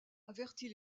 avertit